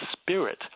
spirit